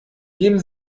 geben